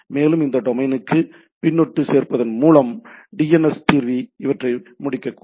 மேலும் இந்த டொமைனுக்கு பின்னொட்டு சேர்ப்பதன் மூலம் டிஎன்எஸ் தீர்வி இவற்றை முடிக்கக்கூடும்